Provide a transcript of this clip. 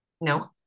no